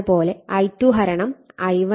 അതുപോലെ I2 I1 K